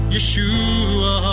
Yeshua